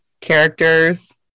Characters